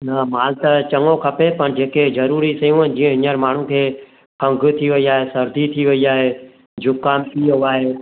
न मालु त चङो खपे पाण जे के ज़रूरी शयूं जीअं हींअर माण्हुनि खे खंगु थी वई आहे सर्दी थी वई आहे ज़ुकामु थी वियो आहे